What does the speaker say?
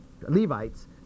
Levite's